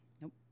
Nope